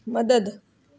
मदद